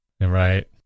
Right